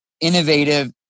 innovative